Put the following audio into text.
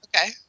Okay